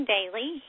Daily